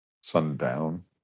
Sundown